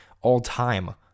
all-time